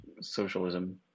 socialism